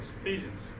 Ephesians